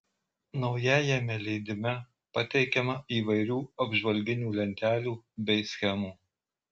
naujajame leidime pateikiama įvairių apžvalginių lentelių bei schemų